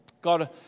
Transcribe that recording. God